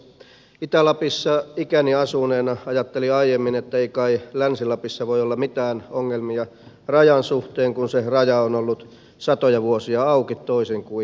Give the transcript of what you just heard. itä lapissa ikäni asuneena ajattelin aiemmin että ei kai länsi lapissa voi olla mitään ongelmia rajan suhteen kun se raja on ollut satoja vuosia auki toisin kuin idässä